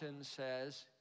says